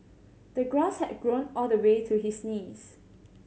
the grass had grown all the way to his knees